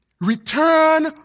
return